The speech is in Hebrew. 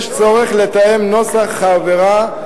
יש צורך לתאם את נוסח העבירה,